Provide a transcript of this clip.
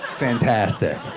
fantastic.